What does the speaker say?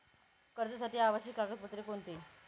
कर्जासाठी आवश्यक कागदपत्रे कोणती?